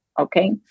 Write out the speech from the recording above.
okay